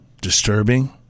disturbing